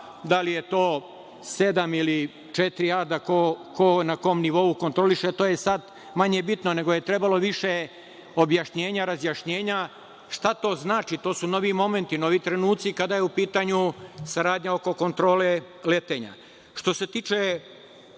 da li je to sedam ili četiri, na kom nivou kontroliše, to je sad manje bitno, nego je trebalo više objašnjenja, razjašnjenja šta to znači. To su novi momenti, novi trenuci kada je u pitanju saradnja oko kontrole letenja. Što se tiče